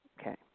Okay